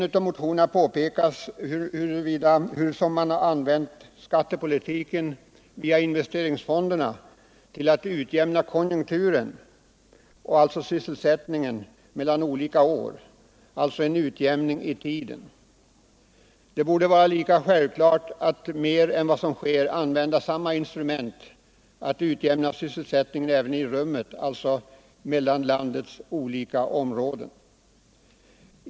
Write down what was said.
I en av motionerna påpekas att man använt skattepolitiken via investeringsfonderna till att utjämna konjunkturen och därmed sysselsättningen mellan olika år, alltså Nr 105 till att åstadkomma en utjämning i tiden. Det borde vara lika självklart Onsdagen den att mer än vad som nu sker använda samma instrument för att utjämna 23 oktober 1974 sysselsättningen även i rummet, dvs. mellan landets olika områden.